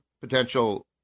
potential